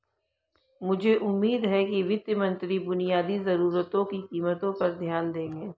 मुझे उम्मीद है कि वित्त मंत्री बुनियादी जरूरतों की कीमतों पर ध्यान देंगे